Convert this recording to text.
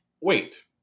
wait